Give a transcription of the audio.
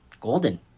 golden